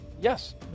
yes